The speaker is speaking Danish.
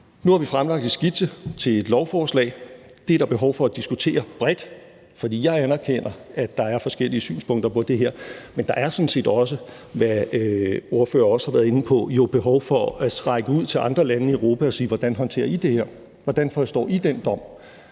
Nu har vi fremlagt en skitse til et lovforslag. Det er der behov for at diskutere bredt, for jeg anerkender, at der er forskellige synspunkter på det her. Men der er jo sådan set også – hvilket ordførerne også har været inde på – behov for at række ud til andre lande i Europa og sige: Hvordan håndterer I det her, hvordan forstår I den dom,